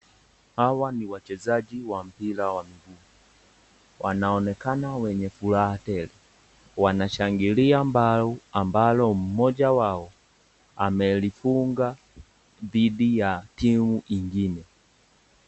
Hawa ni wachezaji wa mpira wa mguu. Wanaonekana wenye furaha tele. Wanashangilia bao ambalo mmoja wao amelifunga dhidi ya timu ingine.